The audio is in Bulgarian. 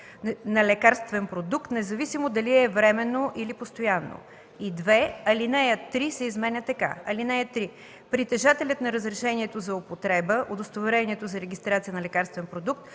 на лекарствен продукт, независимо дали е временно или постоянно.” 2. Алинея 3 се изменя така: „(3) Притежателят на разрешението за употреба/удостоверението за регистрация на лекарствен продукт